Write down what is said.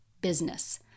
business